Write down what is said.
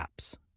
apps